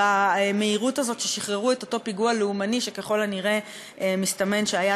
ובמהירות הזאת ששחררו את אותו "פיגוע לאומני" שככל הנראה מסתמן שהיה